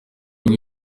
imwe